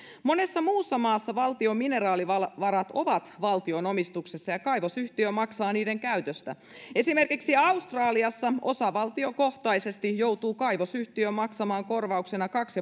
monessa muussa maassa valtion mineraalivarat ovat valtion omistuksessa ja kaivosyhtiö maksaa niiden käytöstä esimerkiksi australiassa osavaltiokohtaisesti joutuu kaivosyhtiö maksamaan korvauksena kaksi